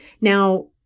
Now